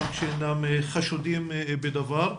גם שאינם חשודים בדבר,